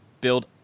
build